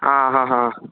ആ ഹാ ഹാ